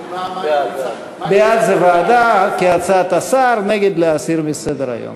בעד זה ועדה, כהצעת השר, נגד, להסיר מסדר-היום.